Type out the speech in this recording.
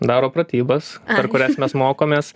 daro pratybas per kurias mes mokomės